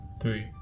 three